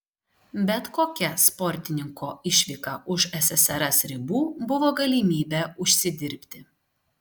bet kokia sportininko išvyka už ssrs ribų buvo galimybė užsidirbti